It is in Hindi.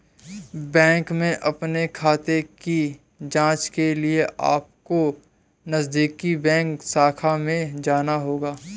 बैंक में अपने खाते की जांच के लिए अपको नजदीकी बैंक शाखा में जाना होगा